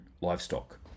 livestock